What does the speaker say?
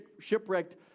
shipwrecked